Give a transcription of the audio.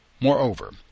Moreover